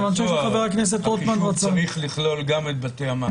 החישוב צריך לכלול גם את בתי המעצר.